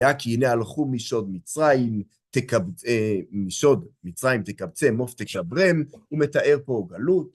היה כי הנה הלכו משד מצרים, משד מצרים תקבצם, מף תקברם, הוא מתאר פה גלות.